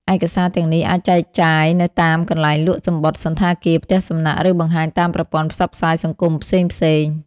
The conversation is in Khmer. ឯកសារទាំងនេះអាចចែកចាយនៅតាមកន្លែងលក់សំបុត្រ សណ្ឋាគារ ផ្ទះសំណាក់ ឬបង្ហាញតាមប្រព័ន្ធផ្សព្វផ្សាយសង្គមផ្សេងៗ។